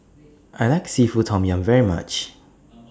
I like Seafood Tom Yum very much